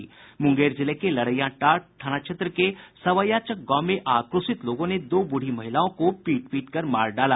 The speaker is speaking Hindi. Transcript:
मुंगेर जिले के लड़ैयाटाड़ थाना क्षेत्र के सवैयाचक गांव में आक्रोशित लोगों ने दो बूढ़ी महिलाओं की पीट पीटकर मार डाला